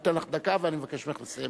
אני נותן לך דקה ואני מבקש ממך לסיים.